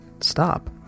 stop